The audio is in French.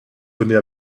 tenez